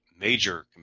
major